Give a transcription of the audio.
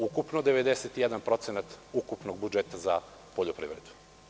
Ukupno 91% ukupnog budžeta za poljoprivredu.